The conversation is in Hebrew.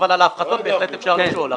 אבל על הפחתות בהחלט אפשר לשאול.